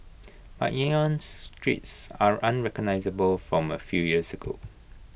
but Yangon's streets are unrecognisable from A few years ago